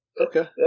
okay